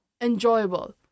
enjoyable